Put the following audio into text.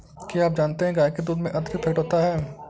क्या आप जानते है गाय के दूध में अतिरिक्त फैट होता है